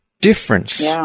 difference